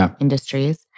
industries